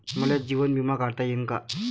मले जीवन बिमा काढता येईन का?